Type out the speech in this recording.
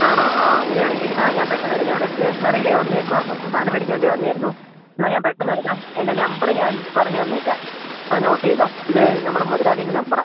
ആണോ ആ അങ്ങനെയാണെങ്കില് ആ ഞാന് പെട്ടെന്ന് വരാം ഞാന് ഇവിടെയൊരു സ്റ്റേഷണറിയില് വന്നിരിക്കുകയാണ് കുറച്ച് സാധനം മേടിക്കാന് വേണ്ടി വന്നതായിരുന്നു എന്നാല് ഞാന് പെട്ടെന്ന് വരാം എൻ്റെ നമ്പര് ഞാൻ പറഞ്ഞുതന്നേക്കാം ഒന്ന് നോട്ട് ചെയ്തുകൊള്ളൂ ഇത് നമ്മുടെ മുതലാളിയുടെ നമ്പറാണ്